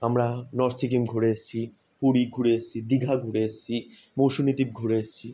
আমরা নর্থ সিকিম ঘুরে এসেছি পুরী ঘুরে এসেছি দীঘা ঘুরে এসেছি মৌসুনী দ্বীপ ঘুরে এসেছি